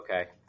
Okay